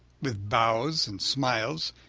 with bows and smiles,